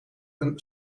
een